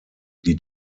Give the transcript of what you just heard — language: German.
die